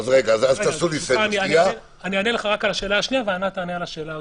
אני אענה לך על השאלה השנייה וענת תענה לך על השאלה הראשונה: